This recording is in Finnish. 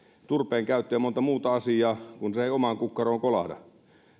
ja montaa muuta asiaa kun se ei omaan kukkaroon kolahda